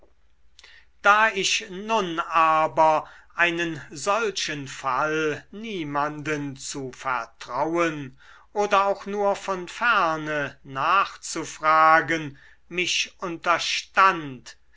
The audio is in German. da ich nun aber einen solchen fall niemanden zu vertrauen oder auch nur von ferne nachzufragen mich unterstand